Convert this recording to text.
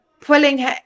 pulling